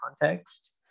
context